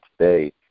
today